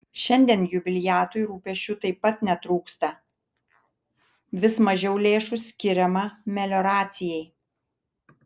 šiandien jubiliatui rūpesčių taip pat netrūksta vis mažiau lėšų skiriama melioracijai